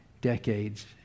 decades